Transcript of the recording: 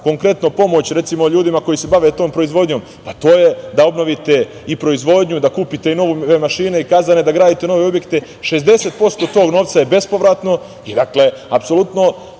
evra pomoć ljudima koji se bave tom proizvodnjom to je da obnovite i proizvodnju, da kupite nove mašine, kazane, da gradite objekte, 60% tog novca je bespovratno. Dakle, apsolutno